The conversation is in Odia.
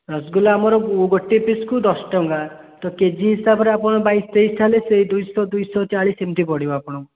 ରସଗୁଲା ଆମର ଗୋଟେ ପିସ୍କୁ ଦଶ ଟଙ୍କା ତ କେ ଜି ହିସାବରେ ଆପଣ ବାଇଶ ତେଇଶଟା ହେଲେ ସେଇ ଦୁଇ ଶହ ଦୁଇ ଶହ ଚାଲିଶ ଏମିତି ପଡ଼ିବ ଆପଣଙ୍କୁ